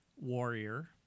warrior